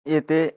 एते